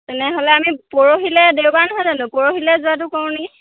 তেনেহ'লে আমি পৰহিলে দেওবাৰ নহয় জানো পৰহিলে যোৱাতো কৰো নেকি